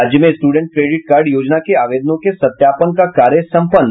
राज्य में student credit card योजना के आवेदनों के सत्यापन का कार्य सम्पन्न